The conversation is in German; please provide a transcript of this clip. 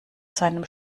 seinem